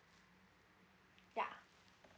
yeah